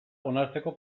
onartzeko